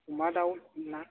अमा दाउ ना